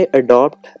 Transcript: adopt